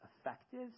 effective